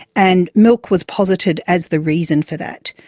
and milk was posited as the reason for that.